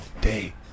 day